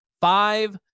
five